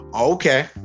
Okay